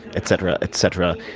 etc, etc,